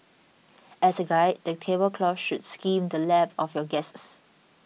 as a guide the table cloth should skim the lap of your guests